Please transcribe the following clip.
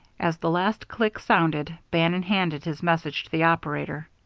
as the last click sounded, bannon handed his message to the operator.